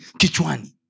kichwani